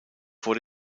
vor